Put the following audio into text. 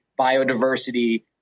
biodiversity